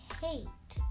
hate